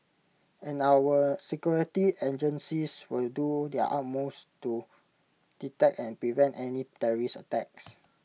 and our security agencies will do their utmost to detect and prevent any terrorist attacks